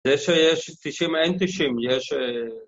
יש, יש, 90 אין 90, יש